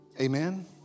Amen